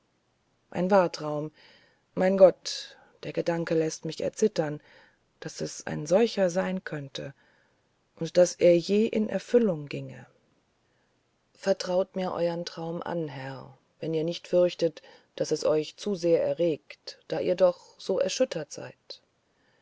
ein wahrtraum mein gott der gedanke läßt mich erzittern daß es ein solcher sein könnte und daß er je in erfüllung ginge vertraut mir euren traum an herr wenn ihr nicht fürchtet daß es euch zu sehr erregt da ihr noch so erschüttert seid